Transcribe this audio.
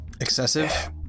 Excessive